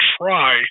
try